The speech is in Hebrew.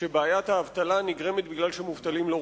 שבעיית האבטלה נגרמת כי מובטלים לא